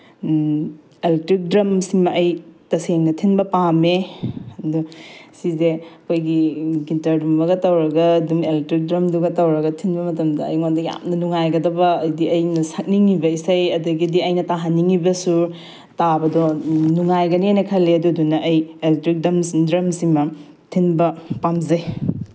electric ꯗ꯭ꯔꯝꯁꯤꯃ ꯑꯩ ꯇꯁꯦꯡꯅ ꯊꯤꯟꯕ ꯄꯥꯝꯃꯦ ꯑꯗꯣ ꯁꯤꯁꯦ ꯑꯩꯈꯣꯏꯒꯤ ꯒꯤꯇꯔꯒꯨꯝꯕꯒ ꯇꯧꯔꯒ ꯑꯗꯨꯝ ꯏꯂꯦꯛꯇ꯭ꯔꯤꯛ ꯗ꯭ꯔꯝꯗꯨꯒ ꯇꯧꯔꯒ ꯊꯤꯟꯕ ꯃꯇꯝꯗ ꯑꯩꯉꯣꯟꯗ ꯌꯥꯝꯅ ꯅꯨꯡꯉꯥꯏꯒꯗꯕ ꯍꯥꯏꯗꯤ ꯑꯩꯅ ꯁꯛꯅꯤꯡꯉꯤꯕ ꯏꯁꯩ ꯑꯗꯒꯤꯗꯤ ꯑꯩꯅ ꯇꯥꯍꯟꯅꯤꯡꯉꯤꯕ ꯁꯨꯔ ꯇꯥꯕꯗꯣ ꯅꯨꯡꯉꯥꯏꯒꯅꯦꯅ ꯈꯜꯂꯦ ꯑꯗꯨꯗꯨꯅ ꯑꯩ ꯏꯂꯦꯛꯇ꯭ꯔꯤꯛ ꯗ꯭ꯔꯝꯁꯤꯃ ꯊꯤꯟꯕ ꯄꯥꯝꯖꯩ